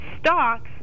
stocks